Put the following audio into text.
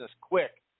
quick